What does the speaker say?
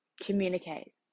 communicate